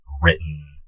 written